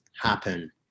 happen